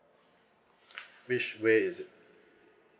which way is it